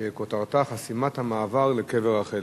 שכותרתה: חסימת המעבר לקבר רחל.